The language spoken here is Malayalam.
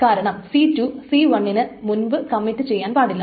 കാരണം c2 c1 ന് മുൻപ് കമ്മിറ്റ് ചെയ്യാൻ പാടില്ല